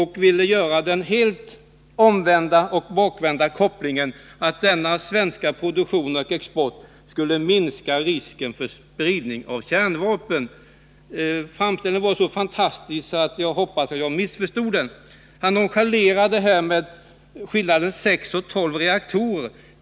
Han ville göra den helt omvända och bakvända kopplingen att denna svenska produktion och export skulle minska risken för spridning av kärnvapen. Framställningen var så fantastisk att jag hoppas jag missförstod den. Han nonchalerade också skillnaden mellan 6 och 12 reaktorer.